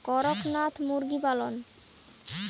করকনাথ মুরগি পালন?